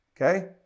okay